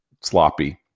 sloppy